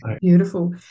Beautiful